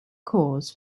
cause